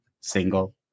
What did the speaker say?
single